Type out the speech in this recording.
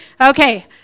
Okay